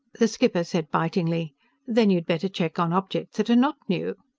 the skipper said bitingly then you'd better check on objects that are not new!